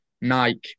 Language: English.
Nike